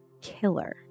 Killer